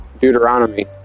Deuteronomy